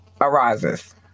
arises